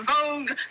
Vogue